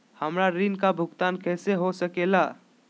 हमरा ऋण का भुगतान कैसे हो सके ला?